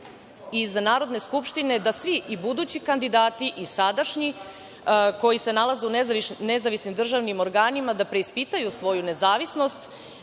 iz Narodne skupštine da svi i budući kandidati i sadašnji koji se nalaze u nezavisnim državnim organima, da preispitaju svoju nezavisnost,